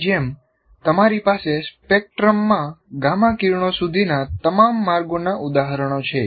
તેની જેમ તમારી પાસે સ્પેક્ટ્રમમાં ગામા કિરણો સુધીના તમામ માર્ગોનાં ઉદાહરણો છે